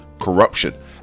corruption